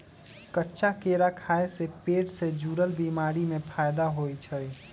कच्चा केरा खाय से पेट से जुरल बीमारी में फायदा होई छई